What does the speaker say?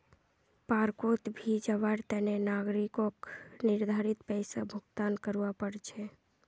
पार्कोंत भी जवार तने नागरिकक निर्धारित पैसा भुक्तान करवा पड़ छे